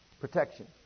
Protection